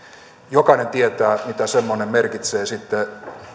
jokainen tietää mitä semmoinen merkitsee sitten